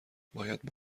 باید